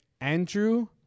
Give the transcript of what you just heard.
Andrew